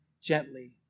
gently